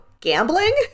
Gambling